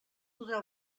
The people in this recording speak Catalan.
podrà